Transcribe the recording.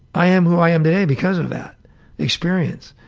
i am who i am today because of that experience.